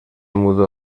mudó